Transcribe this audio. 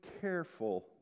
careful